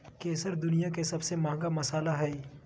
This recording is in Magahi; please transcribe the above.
केसर दुनिया के सबसे महंगा मसाला हइ